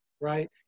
Right